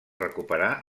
recuperar